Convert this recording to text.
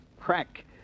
crack